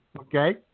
okay